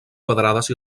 quadrades